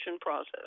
process